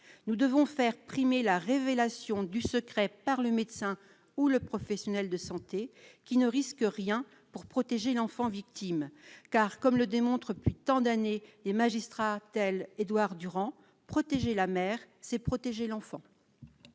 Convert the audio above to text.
nous devons faire primer la révélation du secret par le médecin ou le professionnel de santé qui ne risque rien pour protéger l'enfant victime car, comme le démontre depuis tant d'années et magistrats, tels Édouard Durand protéger la mer c'est protéger l'enfant.